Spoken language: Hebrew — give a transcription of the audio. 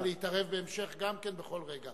תוכל להתערב בהמשך גם כן, בכל רגע.